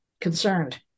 concerned